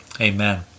Amen